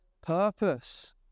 purpose